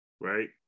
right